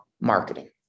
marketing